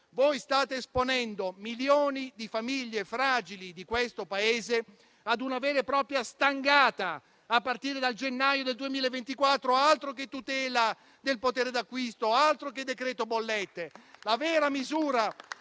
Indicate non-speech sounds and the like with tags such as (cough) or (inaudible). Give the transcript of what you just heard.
State esponendo milioni di famiglie fragili di questo Paese a una vera e propria stangata a partire da gennaio 2024: altro che tutela del potere d'acquisto, altro che decreto bollette! (applause)